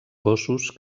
gossos